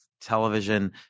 television